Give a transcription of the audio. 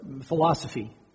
philosophy